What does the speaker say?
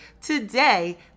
Today